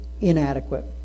inadequate